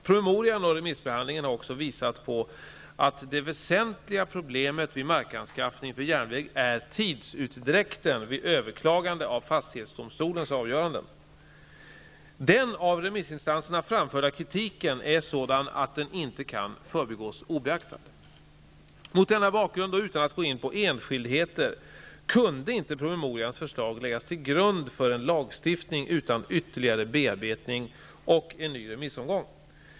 Promemorian och remissbehandlingen har också visat på att det väsentliga problemet vid markanskaffning för järnväg är tidsutdräkten vid överklagande av fastighetsdomstolens avgöranden. Den av remissinstanserna framförda kritiken är sådan att den inte kan förbigås obeaktad. Mot denna bakgrund och utan att gå in på enskildheter kunde inte promemorians förslag läggas till grund för en lagstiftning utan ytterligare bearbetning och en ny remissomgång.